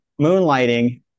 moonlighting